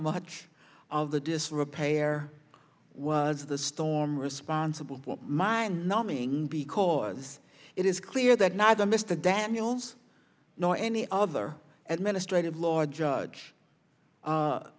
much of the disrepair was the storm responsible mind numbing because it is clear that neither mr daniels nor any other ad ministration law judge